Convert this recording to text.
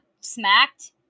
smacked